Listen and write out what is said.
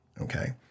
okay